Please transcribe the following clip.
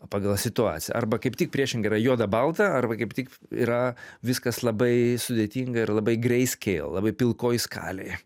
pagal situaciją arba kaip tik priešingai yra juoda balta arba kaip tik yra viskas labai sudėtinga ir labai grei skeil labai pilkoj skalėj